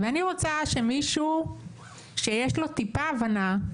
ואני רוצה שמישהו שיש לו טיפה הבנה,